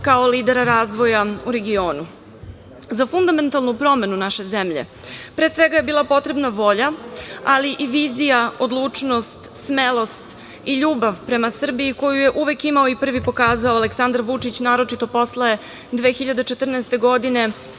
kao lidera razvoja u regionu.Za fundamentalnu promenu naše zemlje, pre svega je bila potrebna volja, ali i vizija, odlučnost, smelost i ljubav prema Srbiji koju je uvek imao i prvi pokazao Aleksandar Vučić, naročito posle 2014. godine,